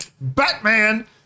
Batman